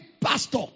pastor